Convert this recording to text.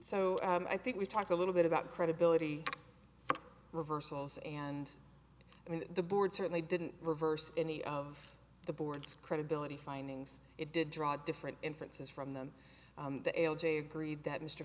so i think we talked a little bit about credibility reversals and i mean the board certainly didn't reverse any of the board's credibility findings it did draw different inferences from them the l g a agreed that mr